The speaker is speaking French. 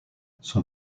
son